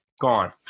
Gone